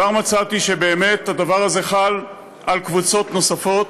כבר מצאתי שהדבר הזה חל על קבוצות נוספות,